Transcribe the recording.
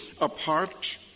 apart